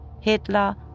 Hitler